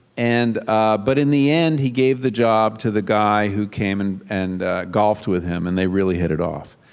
and but in the end he gave a job to the guy who came and and golfs with him and they really hit it off.